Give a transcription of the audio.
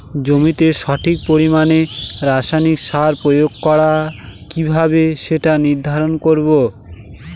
জমিতে সঠিক পরিমাণে রাসায়নিক সার প্রয়োগ করা কিভাবে সেটা নির্ধারণ করব?